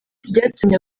byatumye